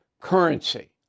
currency